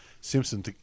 Simpson